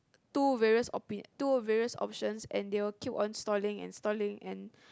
two various opinion two various options and they will keep on stalling and stalling and